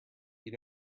you